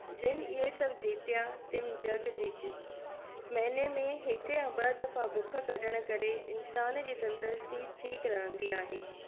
जिन इहे सभु जीतिया तिनि जगु जीतियो महिने में हिकु या ॿ दफ़ा बुख कढण करे इंसान जी तंदुरुस्ती ठीकु रहंदी आहे